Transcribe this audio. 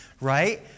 right